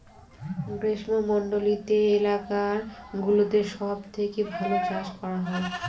গ্রীষ্মমন্ডলীত এলাকা গুলোতে সব থেকে ভালো চাষ করা হয়